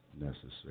necessary